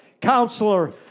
counselor